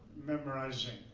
memorizing.